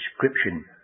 description